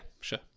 sure